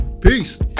Peace